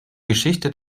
geschichte